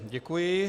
Děkuji.